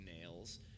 nails